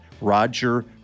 Roger